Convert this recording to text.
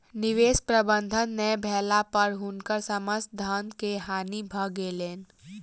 निवेश प्रबंधन नै भेला पर हुनकर समस्त धन के हानि भ गेलैन